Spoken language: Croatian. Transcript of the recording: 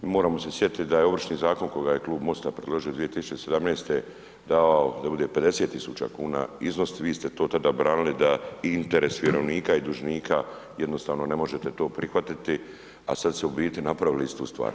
Moramo se sjetit da je Ovršni zakon koji je Klub MOST-a predložio 2017. davao da bude 50.000 kuna iznos, vi ste to tada branili da i interes vjerovnika i dužnika jednostavno ne možete to prihvatiti, a sad ste u biti napravili istu stvar.